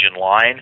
line